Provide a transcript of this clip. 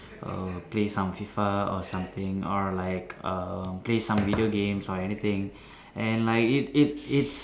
uh play some F_I_F_A or something or like uh play some video games or anything and like it it its